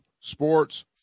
Sports